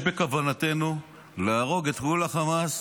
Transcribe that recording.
יש בכוונתנו להרוג את כל החמאס,